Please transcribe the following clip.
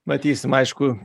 matysim aišku